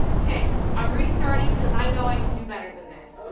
okay, i'm re-starting cause i know i can do better than this.